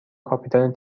کاپیتان